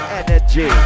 energy